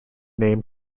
name